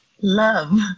love